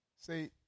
say